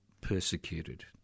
persecuted